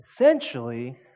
essentially